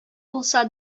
булса